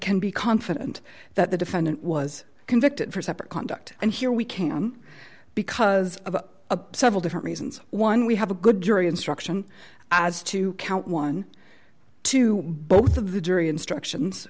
can be confident that the defendant was convicted for separate conduct and here we can because of a several different reasons one we have a good jury instruction as to count twelve both of the jury instructions